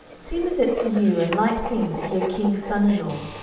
seemeth it to you a light thing to be a king's son in law,